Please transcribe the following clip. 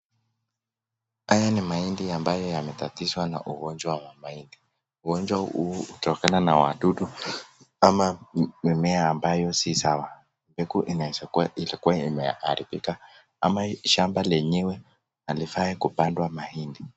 Haya ni mahindi ambayo yametatizwa na ugonjwa wa mahindi. Ugonjwa huu hutokana na wadudu ama mimea ambayo si sawa. Mbegu inawezakuwa ilikuwa imeharibika ama shamba lenyewe halifai kupandwa mahindi.